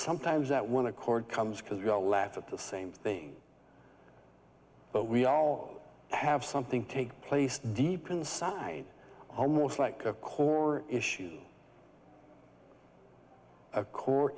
sometimes that one accord comes because we all laugh at the same thing but we all have something take place deep inside almost like a core issues of core